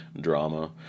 drama